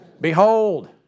Behold